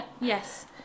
Yes